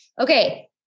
okay